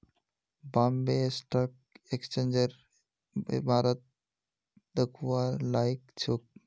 Bombay stock एक्सचेंजेर इमारत दखवार लायक छोक